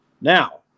Now